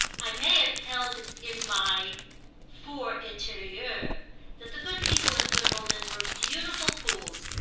i may have held in my for interieur that the good people at wimbledon were beautiful fools,